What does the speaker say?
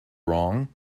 wrong